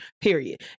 Period